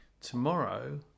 tomorrow